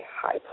high